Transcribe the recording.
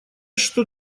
что